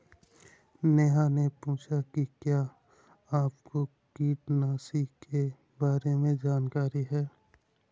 नेहा ने पूछा कि क्या आपको कीटनाशी के बारे में जानकारी है?